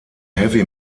heavy